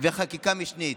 וחקיקה משנית,